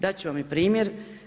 Dati ću vam i primjer.